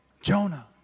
Jonah